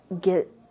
get